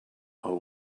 are